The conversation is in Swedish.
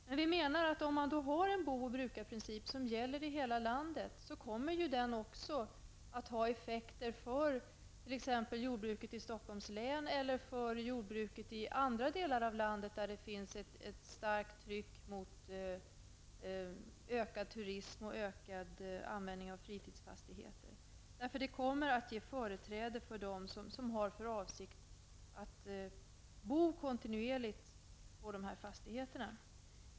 Men vi menar att om man har en bo och brukarprincip som gäller i hela landet, kommer den också att få effekter för t.ex. jordbruket i Stockholms län eller i andra delar av landet där det finns ett starkt tryck för ökad turism och ökad användning av fritidsfastigheter. Det kommer nämligen att ge företräde för dem som har för avsikt att bo kontinuerligt på fastigheterna.